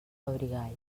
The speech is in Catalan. abrigall